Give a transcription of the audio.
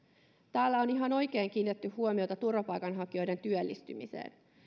täällä on ihan oikein kiinnitetty huomiota turvapaikanhakijoiden työllistymiseen